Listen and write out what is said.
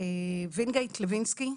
ווינגייט לוינסקי"